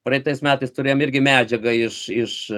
praeitais metais turėjom irgi medžiagą iš iš